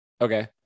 Okay